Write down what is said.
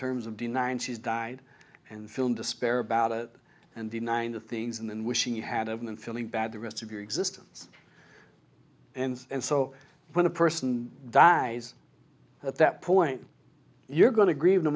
terms of denying she's died and film despair about it and denying the things and wishing you had of and feeling bad the rest of your existence and and so when a person dies at that point you're going to grieve no